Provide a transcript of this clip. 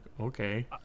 okay